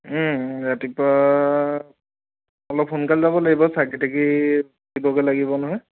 ৰাতিপুৱা অলপ সোনকালে যাব লাগিব চাকি টাকি দিবগৈ লাগিব নহয়